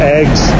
eggs